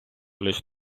лиш